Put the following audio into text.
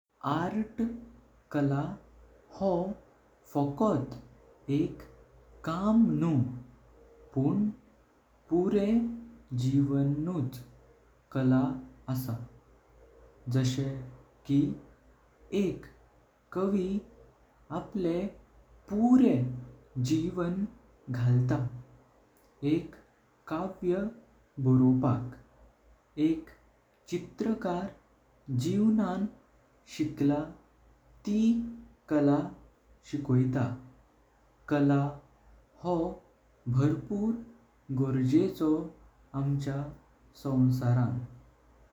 Art कला हो फकत एक काम नू पण पूरे जीवणुच कला आस। जशे की एक कवि आपले पूरे जीवं घालत एक कय्व बरोपाक। एक चित्रकार जीवनान शिकला ती कला शिकयता। कला हो भरपूर गोंजेचो आमच्या सोव्सारान।